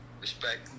Respect